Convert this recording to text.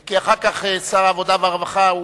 כי אחר כך שר העבודה והרווחה,